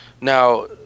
Now